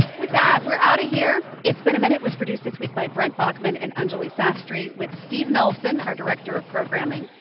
with that, we're out of here. it's been a minute was produced this week by brent baughman and anjuli sastry with steve nelson, our director of programming.